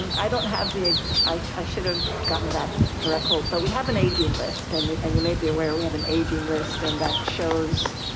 i don't have the. i should have gotten that direct quote, but we have an aging list and you and you may be aware we have an aging list. and that shows